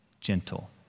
Gentle